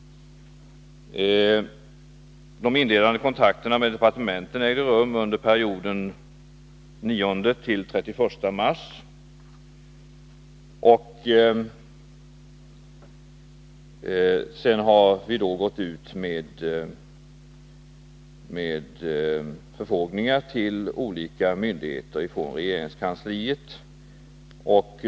De inledande kontakterna med departementen ägde rum under perioden den 9-31 mars. Sedan har vi gått ut med förfrågningar till olika myndigheter från regeringskansliet.